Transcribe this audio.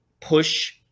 push